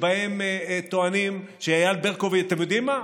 שבהם טוענים שאייל ברקוביץ' אתם יודעים מה?